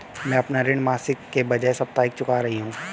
मैं अपना ऋण मासिक के बजाय साप्ताहिक चुका रही हूँ